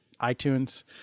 iTunes